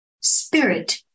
spirit